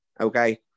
Okay